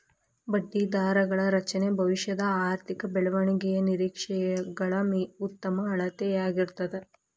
ಬಡ್ಡಿದರಗಳ ರಚನೆ ಭವಿಷ್ಯದ ಆರ್ಥಿಕ ಬೆಳವಣಿಗೆಯ ನಿರೇಕ್ಷೆಗಳ ಉತ್ತಮ ಅಳತೆಯಾಗಿರ್ತದ